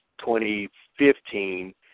2015